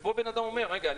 ופה בן אדם אומר: רגע,